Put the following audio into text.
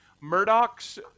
Murdoch's